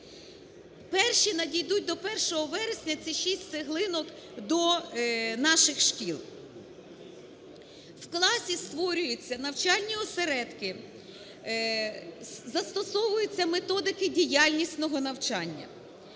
Перші надійдуть до 1 вересня, ці 6 цеглинок, до наших шкіл. В класі створюються навчальні осередки, застосовуються методики діяльнісного навчання.